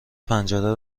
پنجره